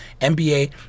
NBA